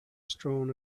strewn